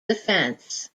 defense